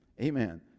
Amen